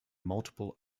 multiple